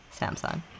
samsung